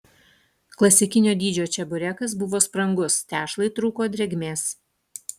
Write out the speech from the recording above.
klasikinio dydžio čeburekas buvo sprangus tešlai trūko drėgmės